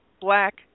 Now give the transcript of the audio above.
black